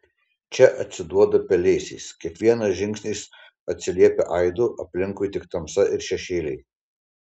čia atsiduoda pelėsiais kiekvienas žingsnis atsiliepia aidu aplinkui tik tamsa ir šešėliai